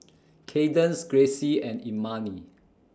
Cadence Gracie and Imani